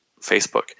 Facebook